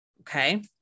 Okay